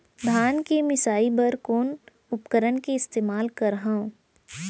धान के मिसाई बर कोन उपकरण के इस्तेमाल करहव?